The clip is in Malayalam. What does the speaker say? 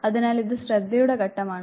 അതിനാൽ ഇത് ശ്രദ്ധയുടെ ഘടകമാണ്